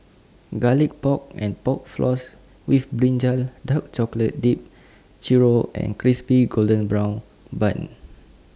Garlic Pork and Pork Floss with Brinjal Dark Chocolate Dipped Churro and Crispy Golden Brown Bun